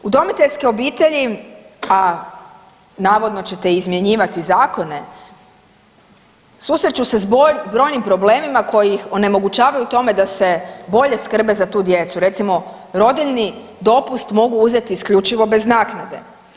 Udomiteljske obitelji, a navodno ćete izmjenjivati Zakone, susreću se s brojnim problemima koji ih onemogućavaju u tome da se bolje skrbe za tu djecu, recimo rodiljni dopust mogu uzeti isključivo bez naknade.